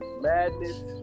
madness